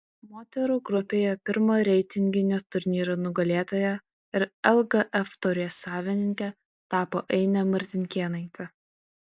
moterų grupėje pirmo reitinginio turnyro nugalėtoja ir lgf taurės savininke tapo ainė martinkėnaitė